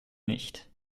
nicht